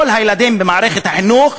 כל הילדים במערכת החינוך,